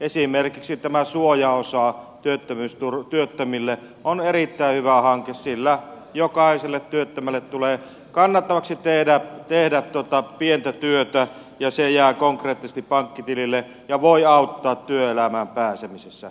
esimerkiksi tämä suojaosa työttömille on erittäin hyvä hanke sillä jokaiselle työttömälle tulee kannattavaksi tehdä pientä työtä ja se jää konkreettisesti pankkitilille ja voi auttaa työelämään pääsemisessä